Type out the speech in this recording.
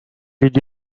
did